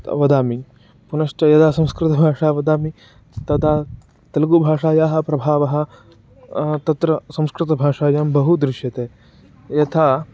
वदामि पुनश्च यदा संस्कृतभाषा वदामि तदा तेलुगुभाषायाः प्रभावः तत्र संस्कृतभाषायां बहु दृश्यते यथा